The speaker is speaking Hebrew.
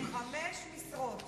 חמש משרות.